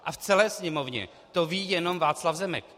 A v celé Sněmovně to ví jenom Václav Zemek.